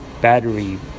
battery